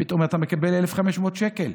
פתאום אתה מקבל 1,500 שקל.